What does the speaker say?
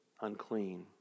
unclean